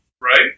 Right